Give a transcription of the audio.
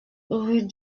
rue